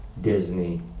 Disney